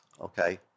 okay